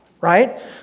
right